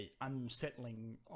unsettling